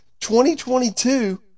2022